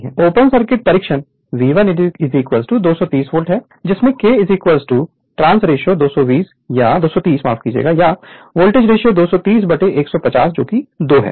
Refer Slide Time 0818 open circuit परीक्षण V1 230 volt है जिसमें K ट्रांस रेशियो 230 या वोल्टेज रेशियो 230 बाय 150 2 है